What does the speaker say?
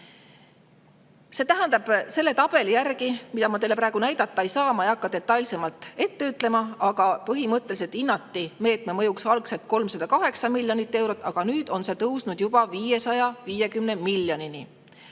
See tähendab, et selle tabeli järgi – ma teile praegu seda näidata ei saa, ma ei hakka detailsemalt ette ütlema – põhimõtteliselt hinnati meetme mõjuks algselt 308 miljonit eurot, aga nüüd on see tõusnud juba 550 miljonini.